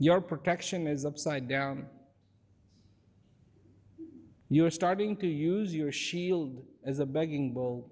your protection is upside down you're starting to use your shield as a begging bowl